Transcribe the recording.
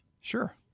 Sure